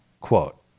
quote